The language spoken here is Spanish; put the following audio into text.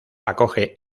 acoge